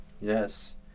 Yes